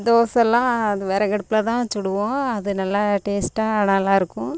தோசை எல்லாம் அது விறகு அடுப்பில் தான் சுடுவோம் அது நல்லா டேஸ்ட்டாக நல்லா இருக்கும்